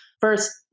First